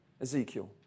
Ezekiel